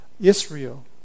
Israel